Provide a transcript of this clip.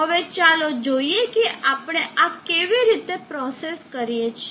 હવે ચાલો જોઈએ કે આપણે આ કેવી રીતે પ્રોસેસ કરીએ છીએ